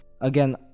again